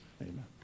Amen